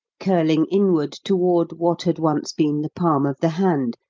curling inward toward what had once been the palm of the hand,